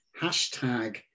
hashtag